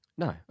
No